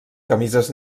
camises